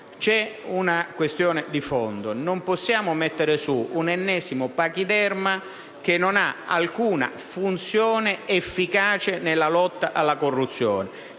c'è una questione di fondo: non possiamo metter su un ennesimo pachiderma che non ha alcuna funzione efficace nella lotta alla corruzione